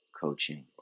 coaching